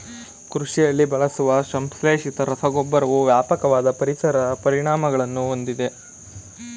ಕೃಷಿಯಲ್ಲಿ ಬಳಸುವ ಸಂಶ್ಲೇಷಿತ ರಸಗೊಬ್ಬರವು ವ್ಯಾಪಕವಾದ ಪರಿಸರ ಪರಿಣಾಮಗಳನ್ನು ಹೊಂದಿದೆ